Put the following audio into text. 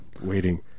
waiting